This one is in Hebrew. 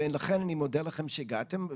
ולכן אני מודה לכם שהגעתם.